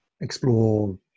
explore